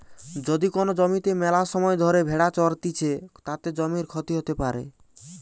যদি কোন জমিতে মেলাসময় ধরে ভেড়া চরতিছে, তাতে জমির ক্ষতি হতে পারে